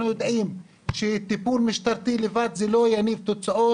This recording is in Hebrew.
יודעים שטיפול משטרתי לבד לא יניב תוצאות.